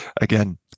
again